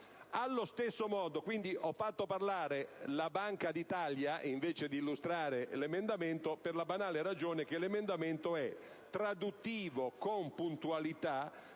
cui stiamo parlando. Ho fatto parlare la Banca d'Italia, invece di illustrare l'emendamento, per la banale ragione che l'emendamento 3.2 è traduttivo, con puntualità,